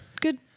Good